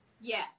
yes